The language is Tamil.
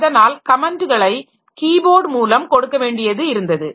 அதனால் கமென்ட்களை கீ போர்ட் மூலம் கொடுக்க வேண்டியது இருந்தது